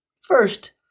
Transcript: First